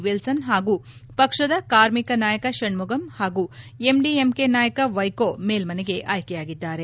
villain ಹಾಗೂ ಪಕ್ಷದ ಕಾರ್ಮಿಕ ನಾಯಕ ಪಣ್ಣುಗಮ್ ಹಾಗೂ ಎಂಡಿಎಂಕೆ ನಾಯಕ ವೈಕೊ ಮೇಲ್ಡನೆಗೆ ಆಯ್ತೆಯಾಗಿದ್ದಾರೆ